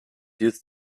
used